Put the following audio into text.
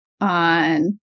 on